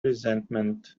resentment